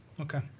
Okay